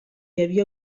havia